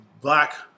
black